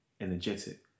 energetic